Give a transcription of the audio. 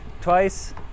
twice